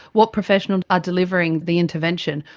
what professionals are delivering the intervention?